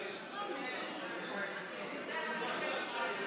ההצעה להעביר לוועדה את הצעת חוק הביטוח הלאומי (תיקון,